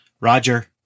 Roger